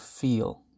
feel